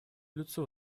улицу